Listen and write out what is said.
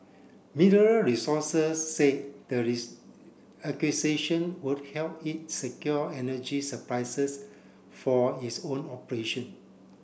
Mineral Resources say their acquisition would help it secure energy for its own operation